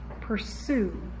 pursue